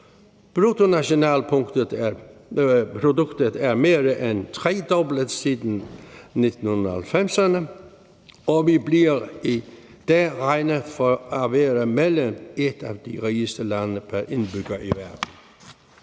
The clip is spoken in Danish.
bruttonationalproduktet er mere end tredoblet siden 1990'erne, og vi bliver i dag regnet for at være mellem et af de rigeste lande pr. indbygger i verden.